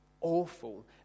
awful